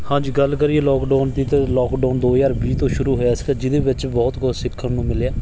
ਹਾਂਜੀ ਗੱਲ ਕਰੀਏ ਲੋਕਡਾਊਨ ਦੀ ਤਾਂ ਲੋਕਡਾਊਨ ਦੋ ਹਜ਼ਾਰ ਵੀਹ ਤੋਂ ਸ਼ੁਰੂ ਹੋਇਆ ਸੀਗਾ ਜਿਹਦੇ ਵਿੱਚ ਬਹੁਤ ਕੁਛ ਸਿੱਖਣ ਨੂੰ ਮਿਲਿਆ